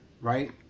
right